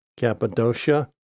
Cappadocia